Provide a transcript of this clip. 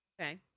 okay